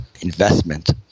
investment